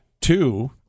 Two